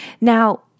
Now